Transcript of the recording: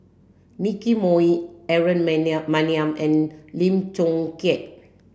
Nicky Moey Aaron Maniam and Lim Chong Keat